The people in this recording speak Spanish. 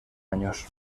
años